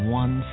one